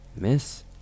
Miss